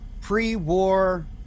Pre-war